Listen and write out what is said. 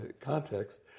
context